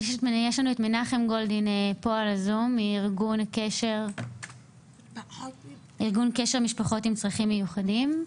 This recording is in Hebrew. יש לנו את מנחם גולדין בזום מארגון קשר משפחות עם צרכים מיוחדים?